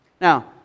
now